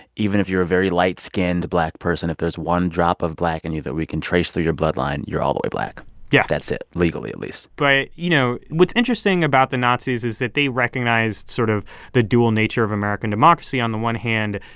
even if you're a very light-skinned black person, if there's one drop of black in and you that we can trace through your bloodline, you're all the way black yeah that's it legally, at least but, you know, what's interesting about the nazis is that they recognized sort of the dual nature of american democracy. on the one hand,